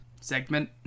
segment